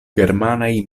germanaj